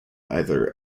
either